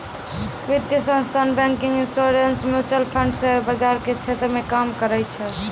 वित्तीय संस्थान banking insurance mutual fund share बाजार के क्षेत्र मे काम करै छै